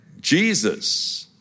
Jesus